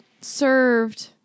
served